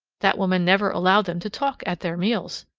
that woman never allowed them to talk at their meals,